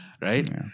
right